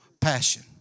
passion